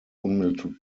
unmittelbar